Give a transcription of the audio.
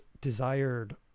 desired